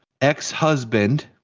ex-husband